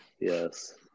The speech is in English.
Yes